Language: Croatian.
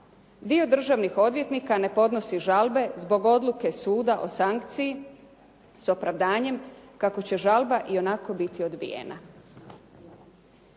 Dio državnih odvjetnika ne podnosi žalbe zbog odluke suda o sankciji, s opravdanjem kako će žalba ionako biti odbijena.